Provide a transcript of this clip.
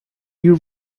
you